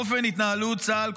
"אופן התנהלות צה"ל",